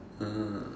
ah